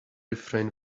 refrain